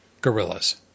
gorillas